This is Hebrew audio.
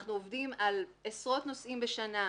אנחנו עובדים על עשרות נושאים בשנה,